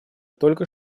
только